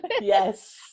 yes